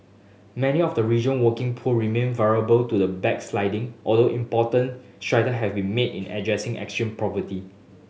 many of the region working poor remain vulnerable to the backsliding although important strider have been made in addressing extreme poverty